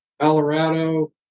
Colorado